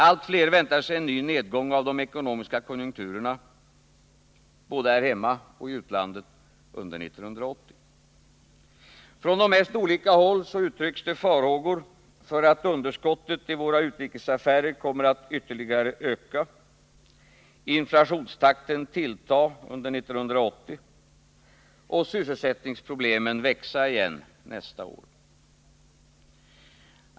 Allt fler väntar sig en ny nedgång av de ekonomiska konjunkturerna både här hemma och i utlandet under 1980. Från de mest olika håll uttrycks det farhågor för att underskottet i våra utrikesaffärer kommer att öka ytterligare, att inflationstakten tilltar och att sysselsättningsproblemen åter växer under nästa år.